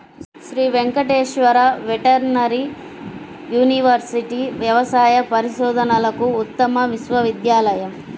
Shri Venkateswara veterinary university వ్యవసాయ పరిశోధనలకు ఉత్తమ విశ్వవిద్యాలయం